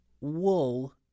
Wool